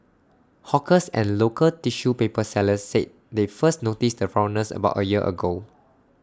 hawkers and local tissue paper sellers said they first noticed the foreigners about A year ago